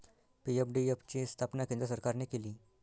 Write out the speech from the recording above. PFDF ची स्थापना केंद्र सरकारने केली